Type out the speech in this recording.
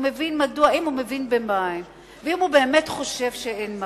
אם הוא מבין במים ואם הוא באמת חושב שאין מים,